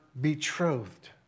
betrothed